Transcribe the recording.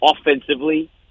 offensively